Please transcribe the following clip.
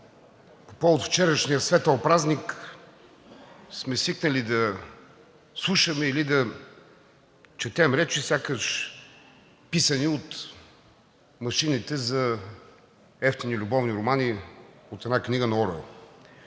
по повод вчерашния светъл празник сме свикнали да слушаме или да четем речи, сякаш писани от машините за евтини любовни романи от една книга на Оруел.